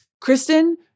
Kristen